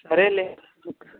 సరేలే